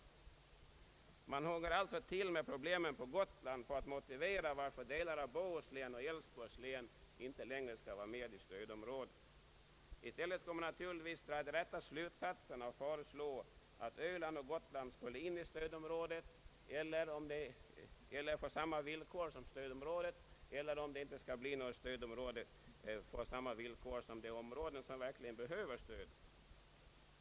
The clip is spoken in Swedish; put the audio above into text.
Man hugger alltså till med problemen på Gotland för att motivera varför delar av Bohuslän och Älvsborgs län inte längre skall vara med i stödområdet. I stället skulle man naturligtvis dra de rätta slutsatserna och föreslå att Öland och Gotland skulle tas med i stödområdet, få samma villkor som stödområdet eller — om det inte skall finnas något stödområde — få samma villkor som de områden som verkligen behöver stöd.